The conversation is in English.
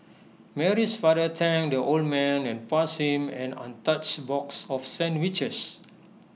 Mary's father thanked the old man and passed him an untouched box of sandwiches